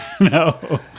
No